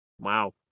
Wow